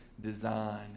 design